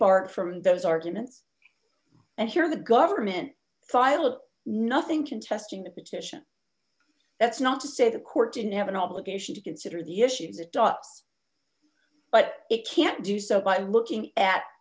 barred from those arguments and sure the government so i will nothing to testing the petition that's not to say the court didn't have an obligation to consider the issue to the top but it can't do so by looking at